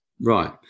Right